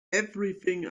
everything